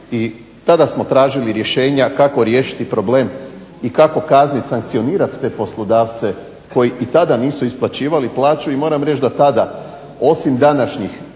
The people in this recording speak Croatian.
i tada smo tražili rješenja kako riješiti problem i kako kaznit, sankcionirat te poslodavce koji i tada nisu isplaćivali plaću. I moram reći da tada osim današnjih